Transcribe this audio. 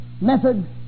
method